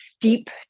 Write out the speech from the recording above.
deep